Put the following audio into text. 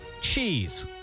cheese